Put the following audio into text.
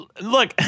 Look